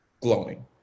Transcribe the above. glowing